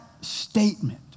statement